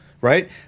right